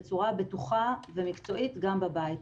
בצורה בטוחה ומקצועית גם בבית.